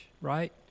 right